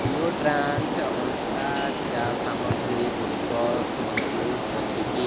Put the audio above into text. deodorant ଅଣ୍ଟା ଚା ସାମଗ୍ରୀଗୁଡ଼ିକ ମହଜୁଦ୍ ଅଛି କି